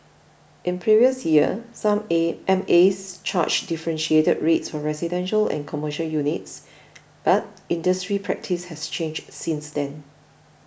in previous years some A M As charged differentiated rates for residential and commercial units but industry practice has changed since then